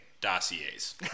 dossiers